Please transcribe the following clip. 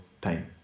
time